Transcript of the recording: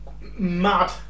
mad